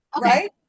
Right